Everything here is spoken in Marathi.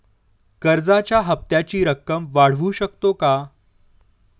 कर्जाच्या हप्त्याची रक्कम वाढवू शकतो का?